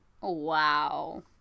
Wow